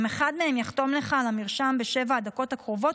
אם אחד מהם יחתום לך על המרשם בשבע הדקות הקרובות,